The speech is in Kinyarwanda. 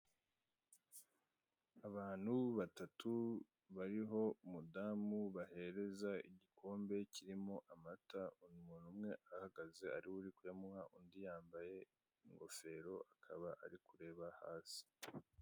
Abantu batatu bariho umudamu bahereza igikombe kirimo amata umuntu umwe ahagaze ariwe uri kuyamuha undi yambaye ingofero akaba ari kureba hasi.